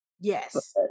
yes